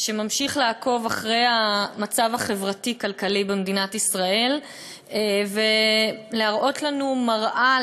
שממשיך לעקוב אחרי המצב החברתי-כלכלי במדינת ישראל ולהראות לנו מראה,